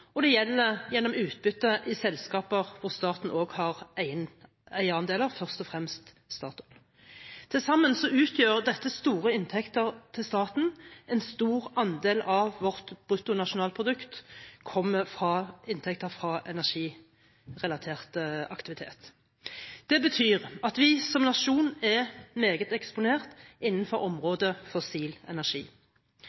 og det gjelder gjennom utbytte i selskaper hvor staten også har eierandeler, først og fremst Statoil. Til sammen utgjør dette store inntekter til staten. En stor andel av vårt bruttonasjonalprodukt kommer fra inntekter fra energirelatert aktivitet. Det betyr at vi som nasjon er meget eksponert innenfor